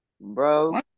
bro